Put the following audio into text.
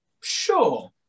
sure